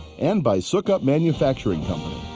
and by sukup manufacturing.